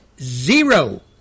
Zero